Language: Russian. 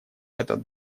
этот